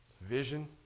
Vision